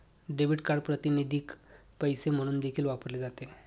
debit card प्रातिनिधिक पैसे म्हणून देखील वापरले जाते